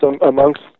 amongst